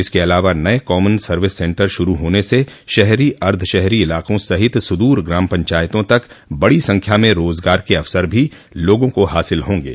इसके अलावा नये कॉमन सर्विस सेन्टर शुरू होने से शहरी अर्द्वशहरी इलाकों सहित सुदूर ग्राम पंचायतों तक बड़ी संख्या में रोज़गार के अवसर भी लोगों को हासिल होंगे